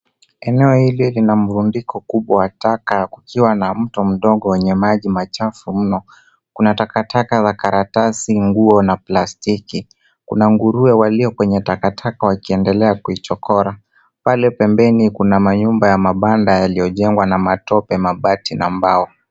Eneo hili lina mrundiko kubwa wa taka ukiwa na mto mdogo wenye maji machafu mno. Kuna takataka za karatasi, nguo na plastiki. Kuna nguruwe walio kwenye takataka wakiendelea kuichokora. Pale pembeni kuna manyumba ya mabanda yaliyojengwa na matope, mabati na mbao.